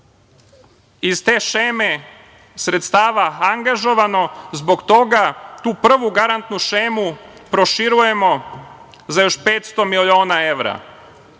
iz te šeme sredstava angažovano. Zbog toga tu prvu garantnu šemu proširujemo za 500 miliona evra. Pored